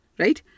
right